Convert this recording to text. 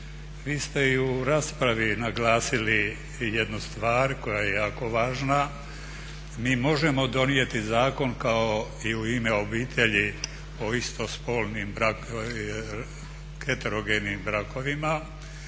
Vi ste i u raspravi naglasili jednu stvar koja je jako važna, mi možemo donijeti zakon kao i u "U ime obitelji" o istospolnim heterogenim brakovima